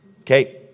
okay